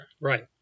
Right